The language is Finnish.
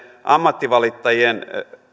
ammattivalittajien